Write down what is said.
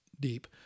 deep